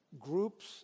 groups